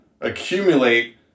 accumulate